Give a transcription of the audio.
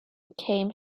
came